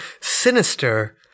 Sinister